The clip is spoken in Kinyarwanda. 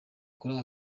ukora